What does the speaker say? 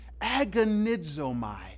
agonizomai